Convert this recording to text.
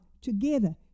together